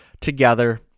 together